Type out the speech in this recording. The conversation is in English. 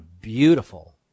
beautiful